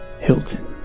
Hilton